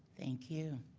thank you.